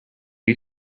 you